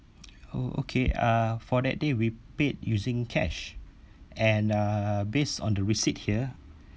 oh okay uh for that day we paid using cash and uh based on the receipt here